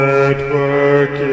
Network